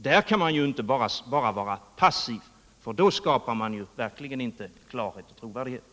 Här kan man inte bara vara passiv, för då skapar man verkligen inte klarhet och trovärdighet.